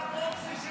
אתה פרוקסי של קרעי.